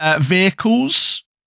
vehicles